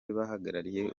bahagarariye